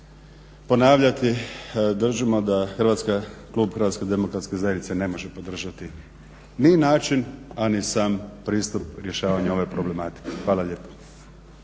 ponavljati držimo da klub Hrvatske demokratske zajednice ne može podržati ni način a ni sam pristup rješavanju ove problematike. Hvala lijepo.